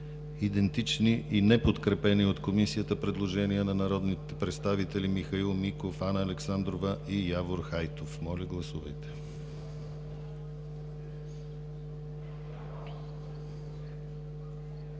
идентични и неподкрепени от Комисията предложения на народните представители Михаил Миков, Анна Александрова и Явор Хайтов. Моля, гласувайте.